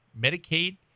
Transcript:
Medicaid